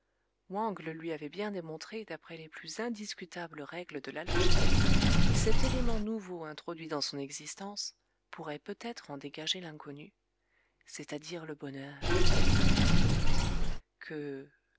wang le lui avait bien démontré d'après les plus indiscutables règles de la logique et cet élément nouveau introduit dans son existence pourrait peut-être en dégager l'inconnue c'est-à-dire le bonheur qui que